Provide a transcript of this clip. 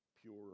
pure